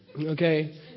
Okay